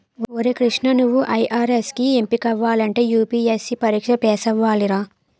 ఒరే కృష్ణా నువ్వు ఐ.ఆర్.ఎస్ కి ఎంపికవ్వాలంటే యూ.పి.ఎస్.సి పరీక్ష పేసవ్వాలిరా